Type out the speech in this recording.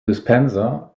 dispenser